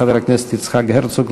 חבר הכנסת יצחק הרצוג,